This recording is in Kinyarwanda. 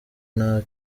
nta